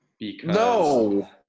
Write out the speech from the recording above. No